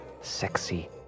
sexy